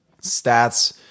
stats